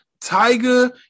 Tiger